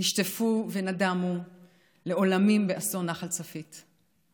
נשטפו ונדמו לעולמים באסון נחל צפית.